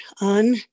on